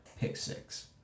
pick-six